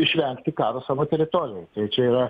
išvengti karo savo teritorijoj tai čia yra